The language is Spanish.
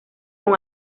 con